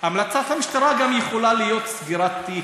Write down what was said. המלצת המשטרה גם יכולה להיות סגירת תיק,